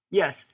yes